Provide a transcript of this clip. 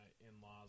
in-laws